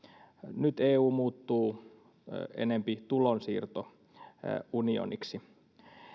nyt eu muuttuu enempi tulonsiirtounioniksi